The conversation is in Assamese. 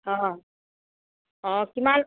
অ' অ' কিমান